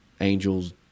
angels